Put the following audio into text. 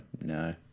no